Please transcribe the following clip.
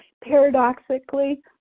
Paradoxically